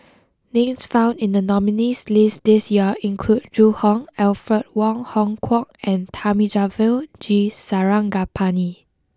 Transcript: names found in the nominees' list this year include Zhu Hong Alfred Wong Hong Kwok and Thamizhavel G Sarangapani